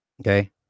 okay